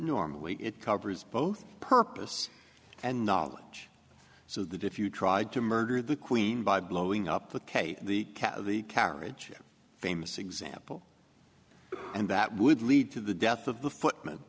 normally it covers both purpose and knowledge so that if you tried to murder the queen by blowing up the case the cab of the carriage famous example and that would lead to the death of the footman